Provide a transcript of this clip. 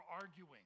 arguing